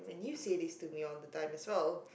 and you say this to me all the time as well